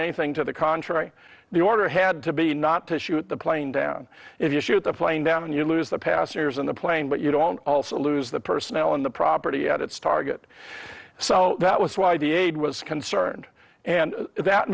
anything to the contrary the order had to be not to shoot the plane down if you shoot the plane down you lose the passengers in the plane but you don't also lose the personnel in the property at its target so that was why the aid was concerned and that